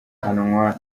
azahanwa